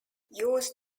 use